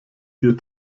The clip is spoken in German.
dir